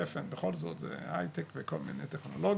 תפן בכל זאת היא הייטק וכל מיני טכנולוגיות,